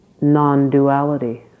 non-duality